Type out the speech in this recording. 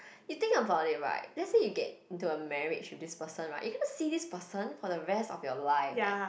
you think about it right let's say you get into a marriage to this person right you gonna see this person for the rest of your life eh